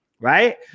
Right